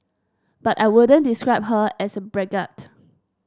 but I wouldn't describe her as a braggart